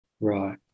Right